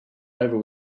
over